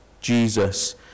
jesus